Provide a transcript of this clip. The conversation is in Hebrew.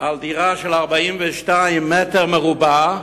דירה של 42 מטר מרובע,